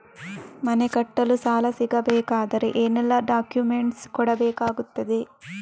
ಮನೆ ಕಟ್ಟಲು ಸಾಲ ಸಿಗಬೇಕಾದರೆ ಏನೆಲ್ಲಾ ಡಾಕ್ಯುಮೆಂಟ್ಸ್ ಕೊಡಬೇಕಾಗುತ್ತದೆ?